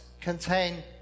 contain